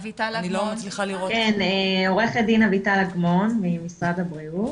אני עורכת דין אביטל אגמון ממשרד הבריאות.